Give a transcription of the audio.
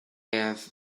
have